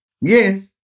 Yes